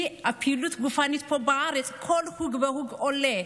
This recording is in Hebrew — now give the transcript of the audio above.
כי הפעילות הגופנית פה בארץ, כל חוג וחוג עולה,